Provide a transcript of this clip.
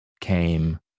came